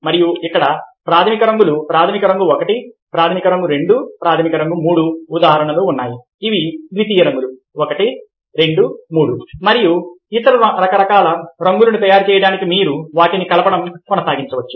మరియు ఇక్కడ ప్రాథమిక రంగులు ప్రాథమిక రంగు 1 ప్రాథమిక రంగు 2 ప్రాథమిక రంగు 3 ఉదాహరణలు ఉన్నాయి ఇవి ద్వితీయ రంగులు 1 2 3 మరియు ఇతర రకాల రంగులను తయారు చేయడానికి మీరు వాటిని కలపడం కొనసాగించవచ్చు